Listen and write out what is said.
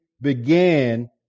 began